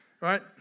right